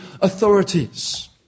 authorities